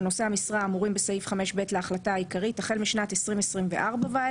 נושאי המשרה האמורים בסעיף 5(ב) 2024 ואילך